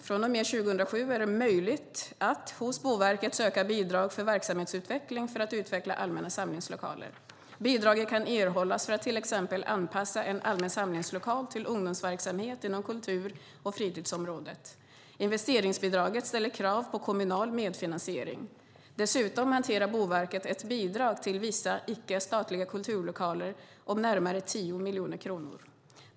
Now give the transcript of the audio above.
Från och med 2007 är det möjligt att hos Boverket söka bidrag för verksamhetsutveckling för att utveckla allmänna samlingslokaler. Bidraget kan erhållas för att till exempel anpassa en allmän samlingslokal till ungdomsverksamhet inom kultur och fritidsområdet. Investeringsbidraget ställer krav på kommunal medfinansiering. Dessutom hanterar Boverket ett bidrag till vissa icke-statliga kulturlokaler om närmare 10 miljoner kronor.